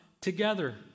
together